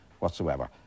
whatsoever